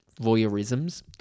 voyeurisms